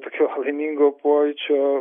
tokio laimingo pojūčio